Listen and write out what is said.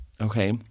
okay